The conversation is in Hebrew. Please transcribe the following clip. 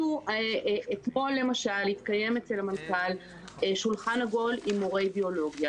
אתמול למשל התקיים אצל המנכ"ל שולחן עגול עם מורי ביולוגיה,